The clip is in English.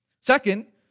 Second